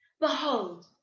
Behold